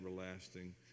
everlasting